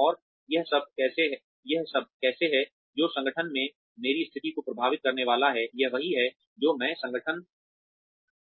और यह सब कैसे है जो संगठन में मेरी स्थिति को प्रभावित करने वाला है यह वही है जो मैं संगठन